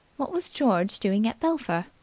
what was george doing at belpher?